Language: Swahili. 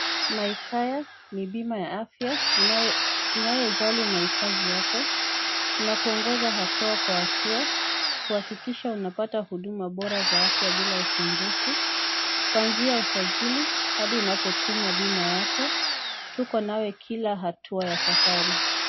MyCare ni bima ya afya inayojali mahitaji yako tunakuongoza hatua kwa hatua kuhakikisha unapata huduma bora za afya bila usumbufu kuanzia usajili hadi unapotuma bima yako tuko nawe kila hatua ya safari.